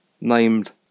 named